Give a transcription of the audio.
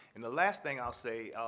and the last thing i'll say,